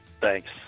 Thanks